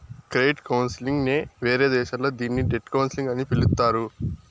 credit counselling నే వేరే దేశాల్లో దీన్ని డెట్ కౌన్సిలింగ్ అని పిలుత్తారు